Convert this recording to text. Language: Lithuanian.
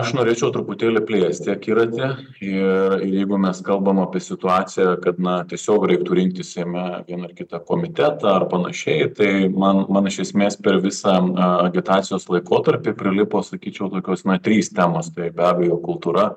aš norėčiau truputėlį plėsti akiratį ir ir jeigu mes kalbam apie situaciją kad na tiesiog reiktų rinkti seime vieną ar kitą komitetą ar panašiai tai man man iš esmės per visą agitacijos laikotarpį prilipo sakyčiau tokios na trys temos tai be abejo kultūra